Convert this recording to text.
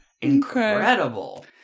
Incredible